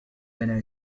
لنا